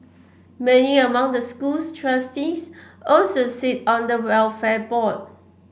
many among the school's trustees also sit on the welfare board